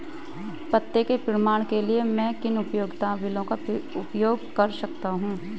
पते के प्रमाण के लिए मैं किन उपयोगिता बिलों का उपयोग कर सकता हूँ?